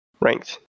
ranked